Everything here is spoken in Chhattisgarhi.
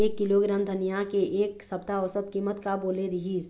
एक किलोग्राम धनिया के एक सप्ता औसत कीमत का बोले रीहिस?